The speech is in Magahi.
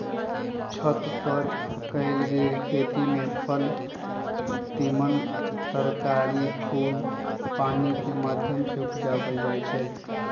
छत पर कएल गेल खेती में फल तिमण तरकारी फूल पानिकेँ माध्यम से उपजायल जाइ छइ